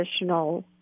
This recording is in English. additional